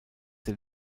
der